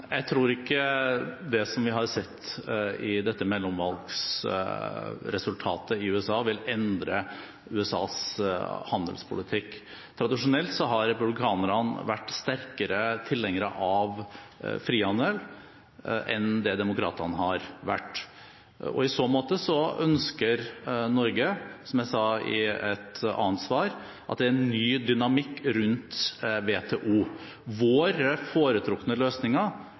Jeg tror ikke det vi har sett i dette mellomvalgsresultatet i USA, vil endre USAs handelspolitikk. Tradisjonelt har republikanerne vært sterkere tilhengere av frihandel enn det demokratene har vært. I så måte ønsker Norge, som jeg sa i et annet svar, en ny dynamikk rundt WTO. Vår foretrukne